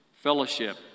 fellowship